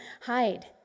hide